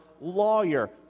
lawyer